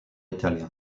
italien